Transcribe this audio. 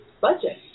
budget